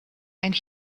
and